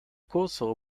cursor